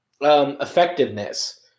effectiveness